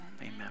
Amen